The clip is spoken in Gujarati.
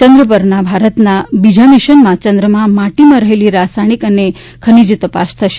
ચંદ્ર પરના ભારતના આ બીજા મિશનમાં ચંદ્રમાં માટીમાં રહેલી રસાયણિક અને ખનીજ તપાસ થશે